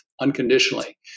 unconditionally